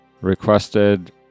requested